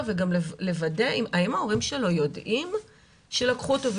וגם לוודא האם ההורים שלו יודעים שלקחו אותו.